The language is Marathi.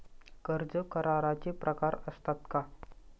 कर्ज कराराचे प्रकार असतात का?